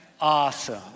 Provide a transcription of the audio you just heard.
awesome